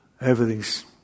Everything's